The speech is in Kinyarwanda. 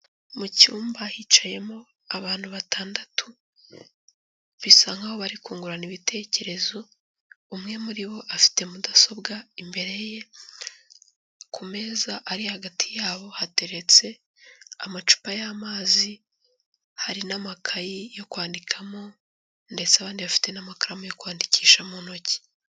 Mu cyumba hicayemo abantu batandatu bisa nkaho bari kungurana ibitekerezo, umwe muri bo afite mudasobwa imbere ye, ku meza ari hagati yabo hateretse amacupa y'amazi, hari n'amakayi yo kwandikamo ndetse abandi bafite n'amakaramu yo kwandikisha mu ntoki.